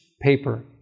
paper